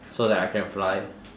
so that I can fly